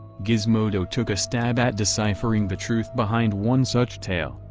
gizmodo took a stab at deciphering the truth behind one such tale,